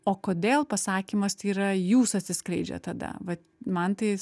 o kodėl pasakymas tai yra jūs atsiskleidžiat tada vat man tai